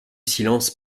silence